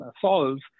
solves